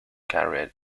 carried